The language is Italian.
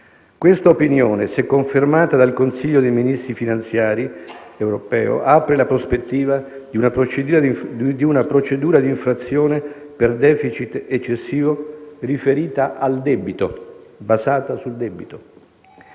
Questa opinione, se confermata dal Consiglio europeo dei ministri finanziari, apre la prospettiva di una procedura di infrazione per *deficit* eccessivo basata sul debito.